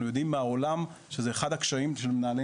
אנחנו יודעים מהעולם שזה אחד הקשיים של מנהלי